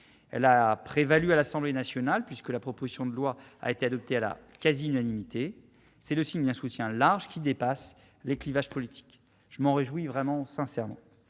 Elle a prévalu à l'Assemblée nationale, puisque la proposition de loi y a été adoptée à la quasi-unanimité. C'est le signe d'un soutien large, qui dépasse les clivages politiques. Je m'en réjouis sincèrement.